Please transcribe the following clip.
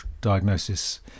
diagnosis